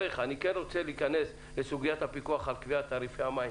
בסוגיית הפיקוח על קביעת תעריפי המים.